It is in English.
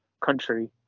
country